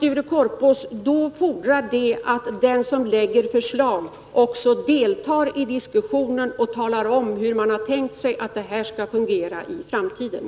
Men då fordras det att den som lägger förslag också deltar i diskussionen och talar om, hur han har tänkt sig att det skall fungera i framtiden.